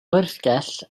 oergell